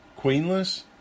queenless